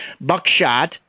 buckshot